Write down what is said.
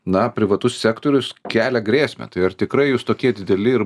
na privatus sektorius kelia grėsmę tai ar tikrai jūs tokie dideli ir